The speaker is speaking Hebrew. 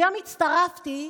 היום הצטרפתי,